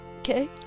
okay